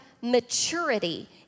maturity